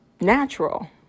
natural